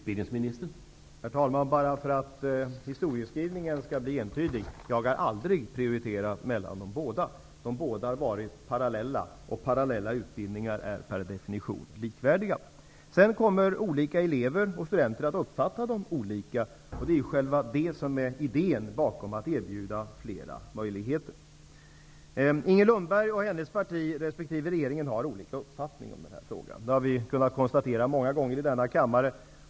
Herr talman! För att historieskrivningen skall bli entydig: Jag har aldrig prioriterat mellan de båda utbildningarna. De båda har varit parallella, och parallella utbildningar är per definition likvärdiga. Elever och studenter kan sedan uppfatta utbildningarna på olika sätt. Det är självfallet det som är den bakomliggande idén, nämligen att erbjuda flera möjligheter. Inger Lundberg och hennes parti resp. regeringen har olika uppfattning om denna fråga. Det har vi många gånger konstaterat i denna kammare.